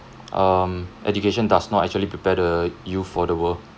um education does not actually prepare the youth for the world